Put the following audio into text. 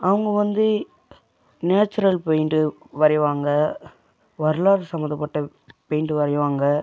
அவங்க வந்து natural paint வரைவாங்க வரலாறு சம்மந்தப்பட்ட பெயிண்டு வரைவாங்க